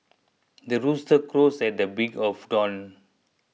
the rooster crows at the break of dawn